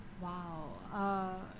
Wow